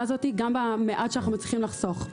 הזאת גם במעט שאנחנו מצליחים לחסוך.